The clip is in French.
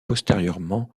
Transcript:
postérieurement